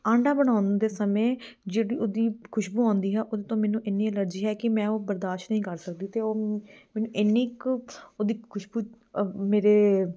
ਆਂਡਾ ਬਣਾਉਣ ਦੇ ਸਮੇਂ ਜਿਹੜੀ ਉਹਦੀ ਖੁਸ਼ਬੂ ਆਉਂਦੀ ਹੈ ਉਹਤੋਂ ਮੈਨੂੰ ਇੰਨੀ ਐਲਰਜੀ ਹੈ ਕਿ ਮੈਂ ਉਹ ਬਰਦਾਸ਼ਤ ਨਹੀਂ ਕਰ ਸਕਦੀ ਅਤੇ ਉਹ ਮ ਮੈਨੂੰ ਇੰਨੀ ਕੁ ਉਹਦੀ ਖੁਸ਼ਬੂ ਮੇਰੇ